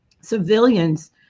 civilians